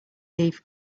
eve